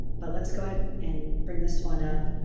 but let's go ahead and bring this one up.